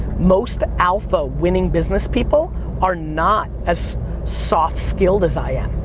most alpha winning business people are not as soft skilled as i am.